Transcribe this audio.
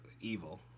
evil